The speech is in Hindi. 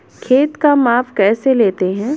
खेत का माप कैसे लेते हैं?